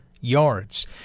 yards